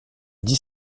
dix